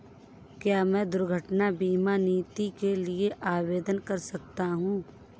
क्या मैं दुर्घटना बीमा नीति के लिए आवेदन कर सकता हूँ?